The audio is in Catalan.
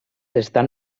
estan